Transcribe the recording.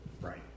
Right